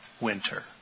winter